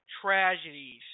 tragedies